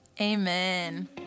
Amen